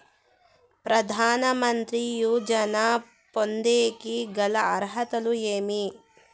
ప్రధాన మంత్రి యోజన పొందేకి గల అర్హతలు ఏమేమి?